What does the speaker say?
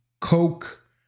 Coke